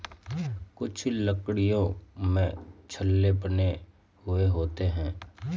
कुछ लकड़ियों में छल्ले बने हुए होते हैं